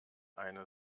eine